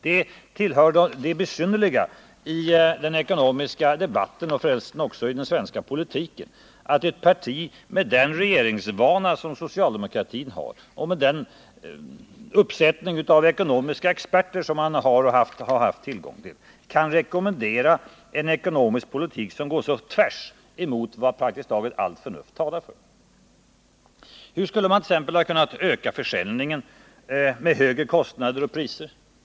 Det tillhör det besynnerliga i den ekonomiska debatten, och för resten också i den svenska politiken över huvud taget, att ett parti med den regeringsvana som socialdemokratin har och med den uppsättning av ekonomiska experter som socialdemokratin haft kan rekommendera en ekonomisk politik som går tvärtemot vad praktiskt taget allt förnuft talar för. Hur skulle man t.ex. ha kunnat öka försäljningen med högre kostnader och priser?